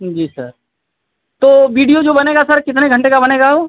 जी sir तो video जो बनेगा सर कितने घंटे का बनेगा ओ